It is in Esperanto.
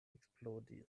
eksplodis